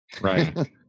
Right